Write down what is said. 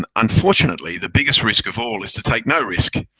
um unfortunately, the biggest risk of all is to take no risk.